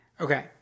Okay